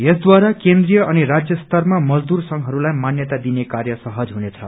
यसद्वारा केन्द्रीय अनि राजय स्तरमा मजदूर संघहरूलाई मान्यता दिने कार्य सहज हुनेछ